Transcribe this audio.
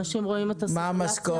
אנשים רואים את הסימולציה --- מה המשכורת?